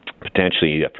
potentially